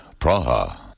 Praha